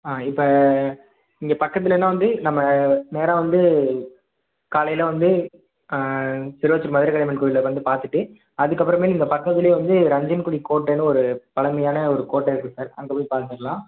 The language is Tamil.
ஆ இப்போ இங்கே பக்கத்துலையேன்னா வந்து நம்ம நேராக வந்து காலையில் வந்து மதுரக் காளியம்மன் கோவில வந்துப் பார்த்துட்டு அதுக்கு அப்புறமேல் இங்கே பக்கத்துலேயே வந்து ரஞ்சன்குடி கோட்டன்னு ஒரு பழமையான ஒரு கோட்டை இருக்குது சார் அங்கேப் போய் பார்த்துட்லாம்